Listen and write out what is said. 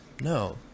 No